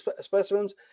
specimens